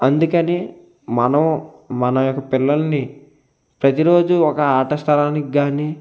అందుకని మనం మన యొక్క పిల్లలని ప్రతిరోజు ఒక ఆటస్థలానికి కానీ